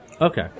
Okay